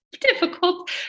difficult